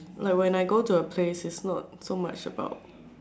like when I go to a place is not so much about